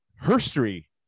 history